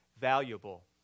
valuable